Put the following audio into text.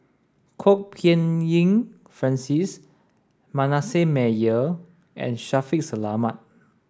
Kwok Peng Kin Francis Manasseh Meyer and Shaffiq Selamat